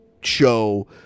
show